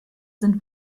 sind